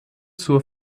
zur